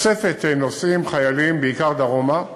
תוספת נוסעים חיילים בעיקר דרומה,